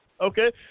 okay